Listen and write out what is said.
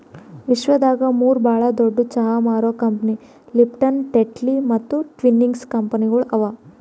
ವಿಶ್ವದಾಗ್ ಮೂರು ಭಾಳ ದೊಡ್ಡು ಚಹಾ ಮಾರೋ ಕಂಪನಿ ಲಿಪ್ಟನ್, ಟೆಟ್ಲಿ ಮತ್ತ ಟ್ವಿನಿಂಗ್ಸ್ ಕಂಪನಿಗೊಳ್ ಅವಾ